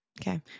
Okay